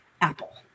Apple